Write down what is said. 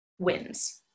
wins